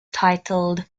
titled